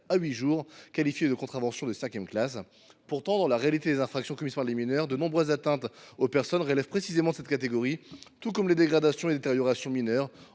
à huit jours, qualifiées de contraventions de 5 classe. Pourtant, dans la réalité des infractions commises par les mineurs, de nombreuses atteintes aux personnes relèvent précisément de cette catégorie, tout comme les dégradations et les détériorations mineures.